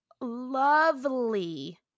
lovely